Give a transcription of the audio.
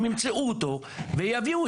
הם ימצאו אותו ויביאו,